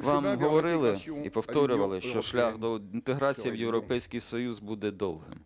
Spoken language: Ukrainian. Вам говорили і повторювали, що шлях до інтеграції в Європейський Союз буде довгим.